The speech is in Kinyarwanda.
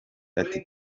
ati